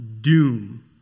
doom